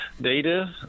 data